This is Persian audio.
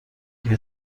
دیگه